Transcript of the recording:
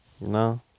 No